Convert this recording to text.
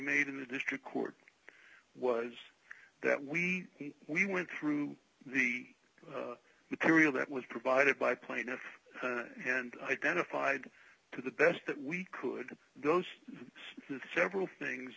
made in a district court was that we we went through the material that was provided by plaintiff and identified to the best that we could those several things